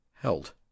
held